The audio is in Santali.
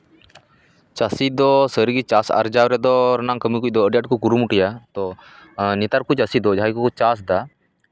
ᱪᱟᱹᱥᱤ ᱫᱚ ᱥᱟᱹᱨᱤᱜᱮ ᱪᱟᱥ ᱟᱨᱡᱟᱣ ᱨᱮᱫᱚ ᱨᱮᱱᱟᱝ ᱠᱟᱹᱢᱤ ᱠᱚᱫᱚ ᱟᱹᱰᱤ ᱟᱸᱴ ᱠᱚ ᱠᱩᱨᱩᱢᱩᱴᱩᱭᱟ ᱛᱚ ᱱᱮᱛᱟᱨ ᱠᱚ ᱪᱟᱹᱥᱤ ᱫᱚ ᱡᱟᱦᱟᱸᱭ ᱠᱚ ᱪᱟᱥᱫᱟ